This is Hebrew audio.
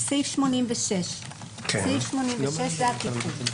זה סעיף 86. זה התיקון.